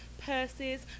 purses